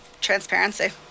transparency